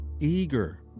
eager